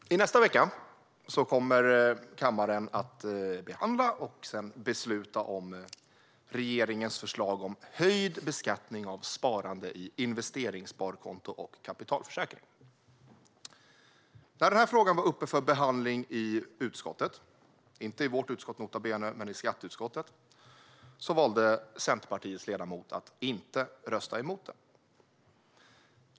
Herr talman! I nästa vecka kommer kammaren att behandla och sedan besluta om regeringens förslag om höjd beskattning av sparande i investeringssparkonto och kapitalförsäkring. När frågan var upp för behandling i utskottet - inte i vårt utskott, nota bene, men i skatteutskottet - valde Centerpartiets ledamot att inte rösta emot den.